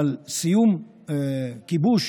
אבל סיום כיבוש